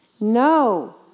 no